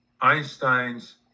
Einstein's